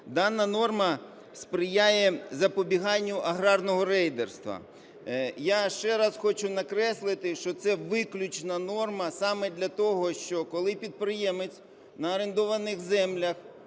Дана норма сприяє запобіганню аграрного рейдерства. Я ще раз хочу накреслити, що це виключна норма саме для того, що коли підприємець на орендованих землях